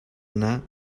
anar